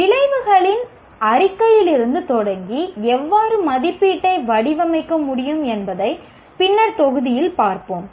விளைவுகளின் அறிக்கையிலிருந்து தொடங்கி எவ்வாறு மதிப்பீட்டை வடிவமைக்க முடியும் என்பதை பின்னர் தொகுதியில் பார்ப்போம்